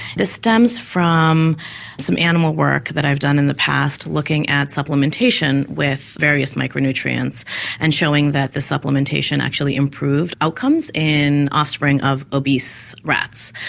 stems from some animal work that i've done in the past looking at supplementation with various micronutrients and showing that the supplementation actually improved outcomes in offspring of obese rats.